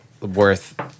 worth